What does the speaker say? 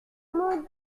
maudits